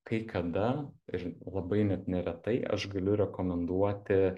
kai kada ir labai net neretai aš galiu rekomenduoti